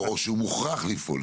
או אפילו מוכרחה, לפעול בו.